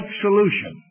solution